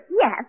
Yes